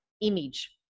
image